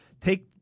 take